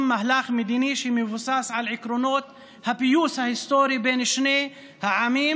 מהלך מדיני שמבוסס על עקרונות הפיוס ההיסטורי בין שני העמים,